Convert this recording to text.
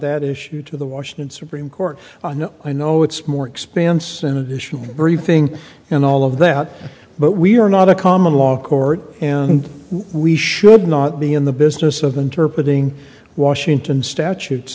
that issue to the washington supreme court i know i know it's more expansive in addition briefing and all of that but we are not a common law court and we should not be in the business of interpreting washington statutes